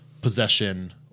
possession